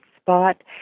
spot